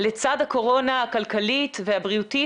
לצד הקורונה הכלכלית והבריאותית